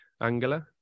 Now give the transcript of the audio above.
Angela